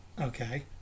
Okay